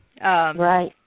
Right